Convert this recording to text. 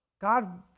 God